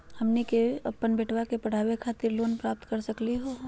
हमनी के अपन बेटवा क पढावे खातिर लोन प्राप्त कर सकली का हो?